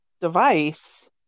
device